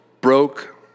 broke